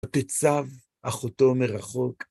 ותצב אחותו מרחוק